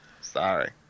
Sorry